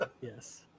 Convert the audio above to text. Yes